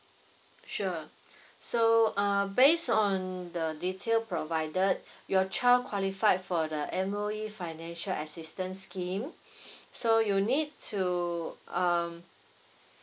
sure so uh based on the detail provided your child qualify for the M_O_E financial assistance scheme so you need to um